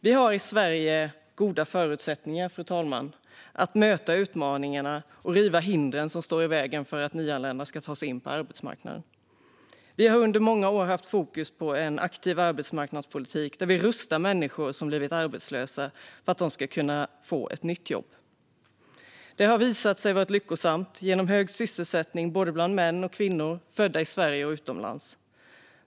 Vi har i Sverige goda förutsättningar att möta utmaningarna och riva hindren som står i vägen för att nyanlända ska ta sig in på arbetsmarknaden. Vi har under många år haft fokus på en aktiv arbetsmarknadspolitik, där vi rustar människor som blivit arbetslösa för att de ska kunna få ett nytt jobb. Det har visat sig vara lyckosamt genom hög sysselsättning bland både män och kvinnor och både inrikes och utrikes födda.